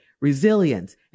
resilience